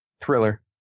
Thriller